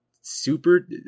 super